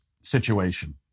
situation